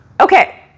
Okay